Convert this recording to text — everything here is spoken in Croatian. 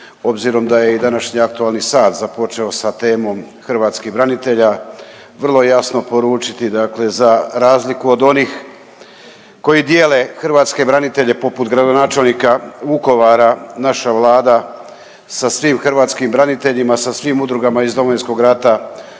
obzirom da je i današnji aktualni sat započeo sa temom hrvatskih branitelja, vrlo jasno poručiti, dakle za razliku od onih koji dijele hrvatske branitelje, poput gradonačelnika Vukovara, naša Vlada sa svim hrvatskim braniteljima, sa svim udrugama iz Domovinskog rata